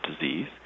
disease